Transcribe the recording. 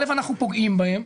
אנחנו פוגעים בהן.